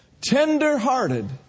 tender-hearted